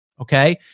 okay